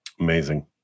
Amazing